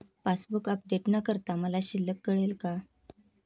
Passbook update न करता मला शिल्लक कळेल का?